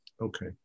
Okay